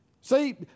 See